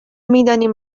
میدانیم